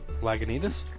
Lagunitas